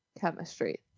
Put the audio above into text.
Chemistry